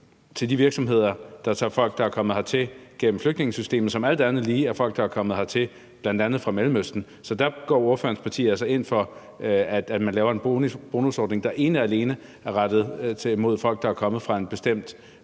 til de virksomheder, der tager folk, der er kommet hertil gennem flygtningesystemet – som alt andet lige er folk, der er kommet hertil fra bl.a. Mellemøsten. Så der går ordførerens parti altså ind for, at man laver en bonusordning, der ene og alene er rettet mod folk, der er kommet fra en bestemt